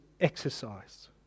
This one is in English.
exercise